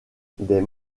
des